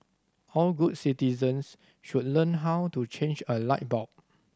all good citizens should learn how to change a light bulb